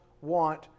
want